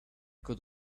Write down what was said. could